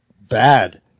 bad